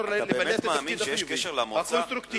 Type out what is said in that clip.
אתה באמת מאמין שיש קשר למוצא,